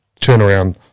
turnaround